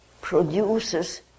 produces